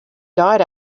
died